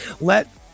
let